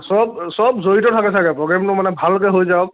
চব চব জড়িত থাকে চাগৈ প্ৰগেমবোৰ মানে ভালকৈ হৈ যাওক